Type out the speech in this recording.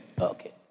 Okay